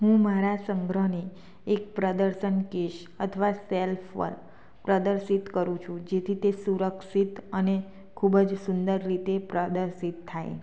હું મારા સંગ્રહને એક પ્રદર્શન કેશ અથવા સેલ્ફ પર પ્રદર્શિત કરું છું જેથી તે સુરક્ષિત અને ખૂબ જ સુંદર રીતે પ્રદર્શિત થાય